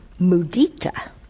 mudita